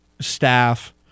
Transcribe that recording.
staff